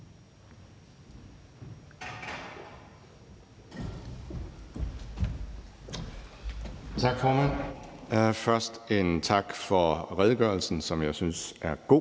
Tak, formand. Først vil jeg sige tak for redegørelsen, som jeg synes er god,